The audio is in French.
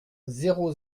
zéro